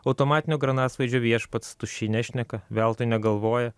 automatinio granatsvaidžio viešpats tuščiai nešneka veltui negalvoja